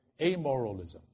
Amoralism